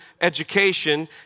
education